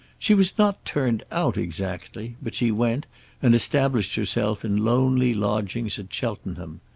she was not turned out exactly but she went and established herself in lonely lodgings at cheltenham.